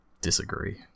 Disagree